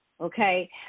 okay